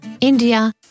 India